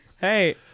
Hey